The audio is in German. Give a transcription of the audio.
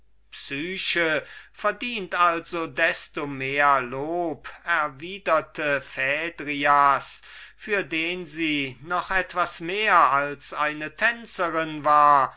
verdient also desto mehr lob erwiderte phädrias für den sie wie die geschichte meldet noch etwas mehr als eine tänzerin war